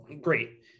great